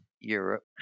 Europe